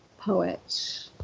poet